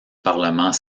parlement